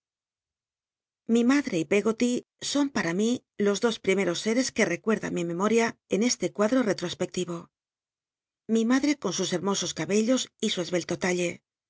mi madc y l eggol y son para mi los dos primo'os sces que recuerda mi memoria en este cuacho rctospeclivo mi mac h'c con sus hermosos cabellos y su esbelto talle